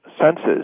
senses